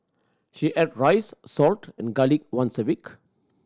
she ate rice salt and garlic once a week